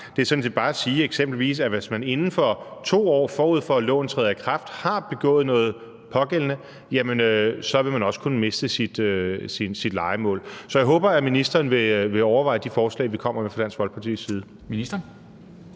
det er som sådan set bare eksempelvis at sige, at hvis man inden for 2 år, forud for at loven træder i kraft, har begået den slags handlinger, så vil man også kunne miste sit lejemål. Jeg håber, at ministeren vil overveje de forslag, vi kommer med fra Dansk Folkepartis side.